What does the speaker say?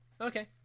Okay